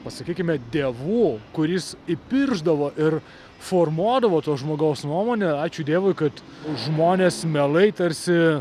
pasakykime dievu kuris įpiršdavo ir formuodavo to žmogaus nuomonę ačiū dievui kad žmonės mielai tarsi